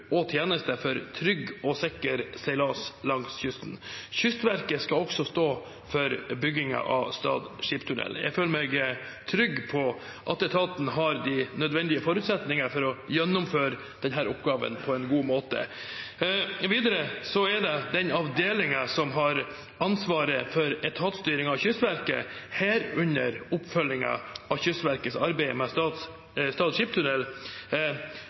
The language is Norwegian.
og tjenester for trygg og sikker seilas langs kysten. Kystverket skal også stå for byggingen av Stad skipstunnel. Jeg føler meg trygg på at etaten har de nødvendige forutsetninger for å gjennomføre denne oppgaven på en god måte. Videre er den avdelingen som har ansvaret for etatsstyringen av Kystverket, herunder oppfølgingen av Kystverkets arbeid med Stad skipstunnel,